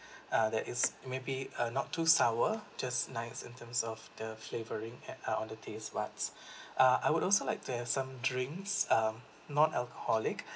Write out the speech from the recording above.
uh that is maybe uh not too sour just nice in terms of the flavoring at uh on the taste buds uh I would also like to have some drinks um non alcoholic